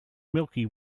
milky